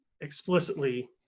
explicitly